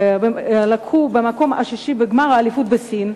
הן הגיעו למקום השישי בגמר האליפות בסין.